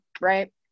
right